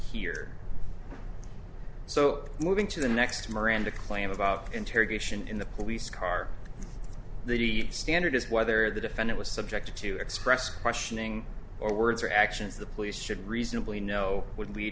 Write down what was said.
here so moving to the next miranda claim about interrogation in the police car the standard is whether the defendant was subjected to express questioning or words or actions the police should reasonably know would